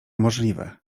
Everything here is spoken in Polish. możliwe